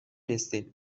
نیستیم